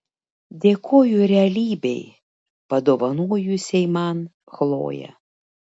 dėkoju realybei padovanojusiai man chloję